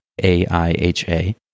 AIHA